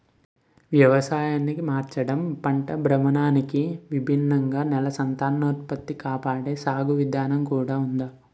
వ్యవసాయాన్ని మార్చడం, పంట భ్రమణానికి భిన్నంగా నేల సంతానోత్పత్తి కాపాడే సాగు విధానం కూడా ఉంది